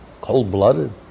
cold-blooded